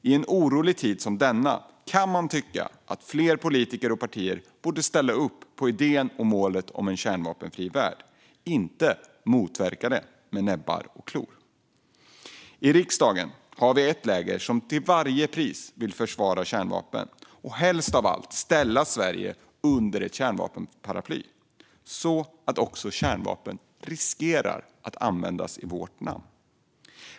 I en orolig tid som denna kan man tycka att fler politiker och partier borde ställa upp på idén och målet om en kärnvapenfri värld, inte motverka det med näbbar och klor. I riksdagen har vi ett läger som till varje pris vill försvara kärnvapen och helst av allt ställa Sverige under ett kärnvapenparaply så att också kärnvapen riskerar att användas i vårt namn.